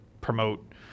promote